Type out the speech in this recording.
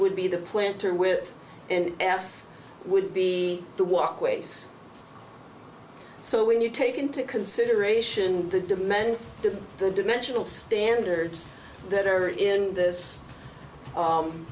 would be the planter with and would be the walkways so when you take into consideration the demand of the dimensional standards that are in this